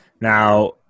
Now